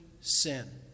sin